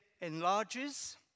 enlarges